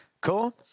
cool